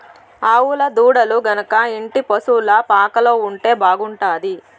ఆవుల దూడలు గనక ఇంటి పశుల పాకలో ఉంటే బాగుంటాది